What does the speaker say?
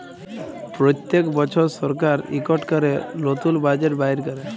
প্যত্তেক বসর সরকার ইকট ক্যরে লতুল বাজেট বাইর ক্যরে